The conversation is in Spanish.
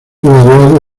graduado